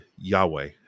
Yahweh